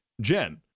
Jen